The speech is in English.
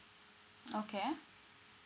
okay